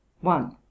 one